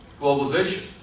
globalization